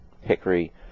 hickory